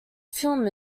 film